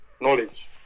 knowledge